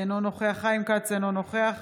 אינו נוכח חיים כץ, אינו נוכח